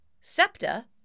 SEPTA